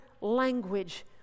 language